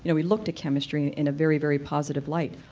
you know we looked at chemistry in a very very positive light.